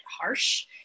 harsh